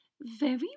Very